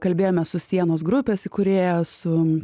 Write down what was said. kalbėjome su sienos grupės įkūrėja su